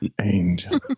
Angel